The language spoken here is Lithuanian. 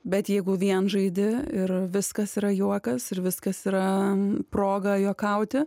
bet jeigu vien žaidi ir viskas yra juokas ir viskas yra proga juokauti